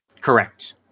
Correct